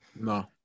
No